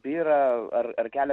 byra ar ar kelia